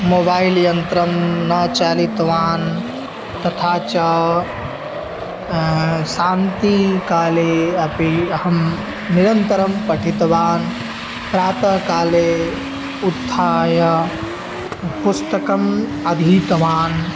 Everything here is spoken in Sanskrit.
मोवैल्यन्त्रं न चालितवान् तथा च शान्तिकाले अपि अहं निरन्तरं पठितवान् प्रातःकाले उत्थाय पुस्तकम् अधीतवान्